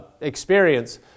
experience